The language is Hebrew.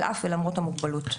על אף ולמרות המוגבלות.